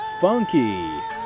funky